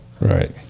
Right